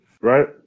right